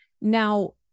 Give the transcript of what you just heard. Now